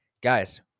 Guys